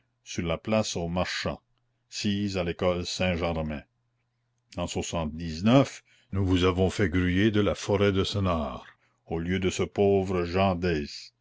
sur la place aux marchands sise à l'école saint-germain en nous vous avons fait gruyer de la forêt de senart au lieu de ce pauvre